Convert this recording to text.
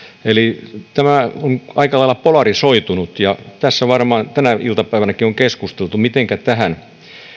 eli tämä on aika lailla polarisoitunut ja tässä varmaan tänä iltapäivänäkin on keskusteltu mitenkä tähän